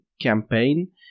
campaign